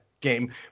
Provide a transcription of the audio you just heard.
game